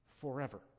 forever